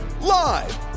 Live